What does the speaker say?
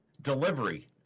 delivery